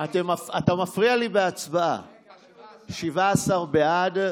ההצעה לכלול את הנושא בסדר-היום של הכנסת נתקבלה 17 בעד,